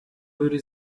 würde